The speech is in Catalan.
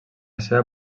seva